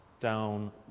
down